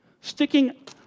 sticking